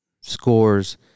scores